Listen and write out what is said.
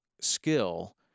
skill